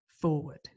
forward